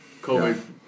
COVID